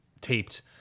taped